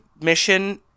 mission